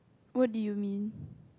what do you mean